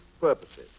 purposes